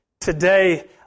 Today